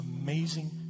amazing